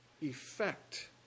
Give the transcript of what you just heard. effect